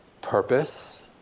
purpose